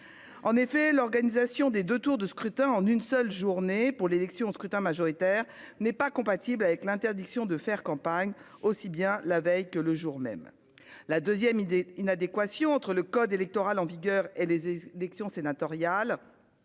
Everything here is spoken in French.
En effet, l'organisation des 2 tours de scrutin en une seule journée pour l'élection au scrutin majoritaire, n'est pas compatible avec l'interdiction de faire campagne, aussi bien la veille que le jour même. La 2ème idée inadéquation entre le code électoral en vigueur et les élections sénatoriales.